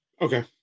okay